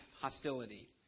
hostility